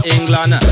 England